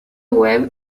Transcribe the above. web